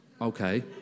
Okay